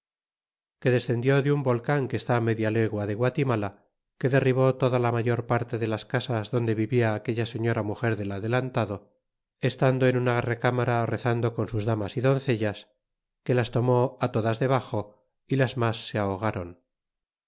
que descendió de un volcán que está media legua de guatimala que derribó toda la mayor parte de las casas donde vivia aquella señora muger del adelantado estando en una recámara rezando con susdarnary doncellas que las tome todas debaxo ye las mas seaho